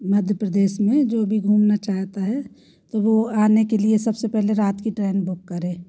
मध्य प्रदेश में जो भी घूमना चाहता है तो वो आने के लिए सबसे पहले रात की ट्रेन बुक करे